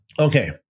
Okay